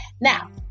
now